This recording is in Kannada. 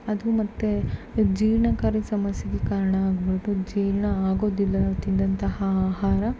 ಅದು ಮತ್ತು ಜೀರ್ಣಕಾರಿ ಸಮಸ್ಯೆಗೆ ಕಾರಣ ಆಗ್ಬೌದು ಜೀರ್ಣ ಆಗೋದಿಲ್ಲ ನಾವು ತಿಂದಂತಹ ಆಹಾರ